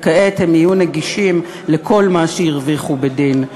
וכעת יהיו נגישים להם כל מה שהרוויחו בדין.